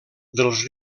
dels